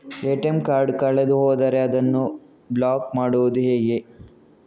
ATM card ಕಳೆದು ಹೋದರೆ ಅದನ್ನು ಬ್ಲಾಕ್ ಮಾಡುವುದು ಹೇಗೆ?